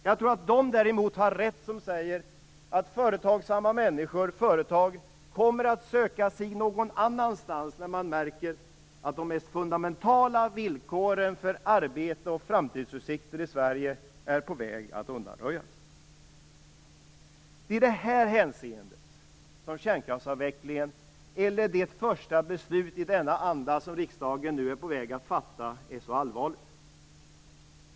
Jag tror däremot att de har rätt som säger att företagsamma människor och företag kommer att söka sig någon annanstans när man märker att de mest fundamentala villkoren för arbete och framtidsutsikter i Sverige är på väg att undanröjas. Det är i det här hänseendet som kärnkraftsavvecklingen eller det första beslut i denna anda som riksdagen nu är på väg att fatta är så allvarligt.